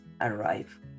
arrive